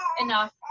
enough